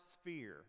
sphere